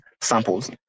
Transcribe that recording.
samples